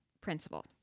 principle